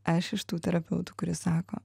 aš iš tų terapeutų kurie sako